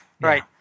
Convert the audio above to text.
Right